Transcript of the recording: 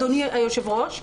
אדוני היושב-ראש,